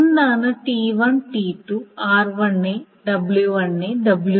എന്താണ് T1 T2 r1 w1 w2